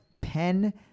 pen